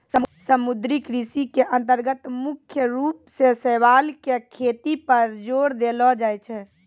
समुद्री कृषि के अन्तर्गत मुख्य रूप सॅ शैवाल के खेती पर जोर देलो जाय छै